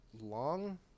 long